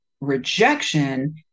rejection